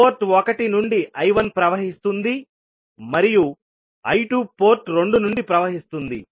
port 1 నుండి I1 ప్రవహిస్తుంది మరియు I2 పోర్ట్ 2 నుండి ప్రవహిస్తుంది